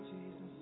Jesus